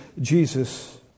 Jesus